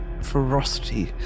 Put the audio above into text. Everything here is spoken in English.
ferocity